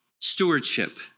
stewardship